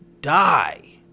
die